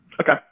Okay